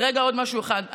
רגע, עוד משהו אחד.